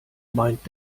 meint